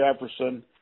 Jefferson